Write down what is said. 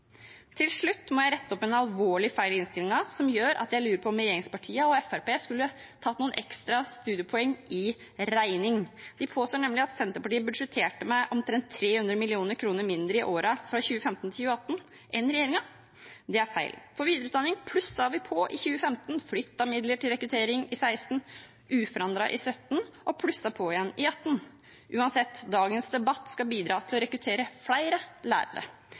Til slutt må jeg rette opp en alvorlig feil i innstillingen som gjør at jeg lurer på om regjeringspartiene og Fremskrittspartiet skulle tatt noen ekstra studiepoeng i regning. De påstår nemlig at Senterpartiet budsjetterte med omtrent 300 mill. kr mindre enn regjeringen i årene fra 2015 til 2018. Det er feil – for videreutdanning plusset vi på i 2015, flyttet midler til rekruttering i 2016, uforandret i 2017, og plusset på igjen i 2018. Uansett: Dagens debatt skal bidra til å rekruttere flere lærere.